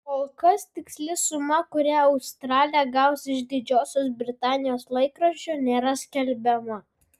kol kas tiksli suma kurią australė gaus iš didžiosios britanijos laikraščio nėra skelbiama